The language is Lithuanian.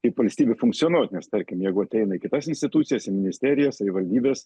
kaip valstybė funkcionuot nes tarkim jeigu ateina į kitas institucijas į ministerijas savivaldybes